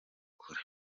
kure